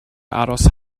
aros